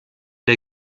der